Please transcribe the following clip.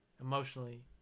Emotionally